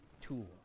tool